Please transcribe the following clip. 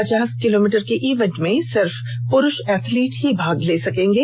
पचास किलोमीटर के इवेंट में सिर्फ प्रुष एथलीट ही भाग ले सकेंगे